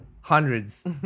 hundreds